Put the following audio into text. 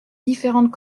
différentes